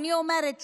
אני אומרת,